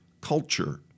culture